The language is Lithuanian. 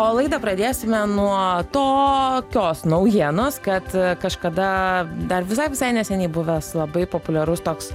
o laidą pradėsime nuo tokios naujienos kad kažkada dar visai visai neseniai buvęs labai populiarus toks